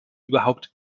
überhaupt